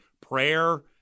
prayer